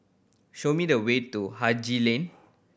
show me the way to Haji Lane